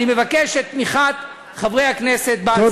אני מבקש את תמיכת חברי הכנסת בהצעות הללו.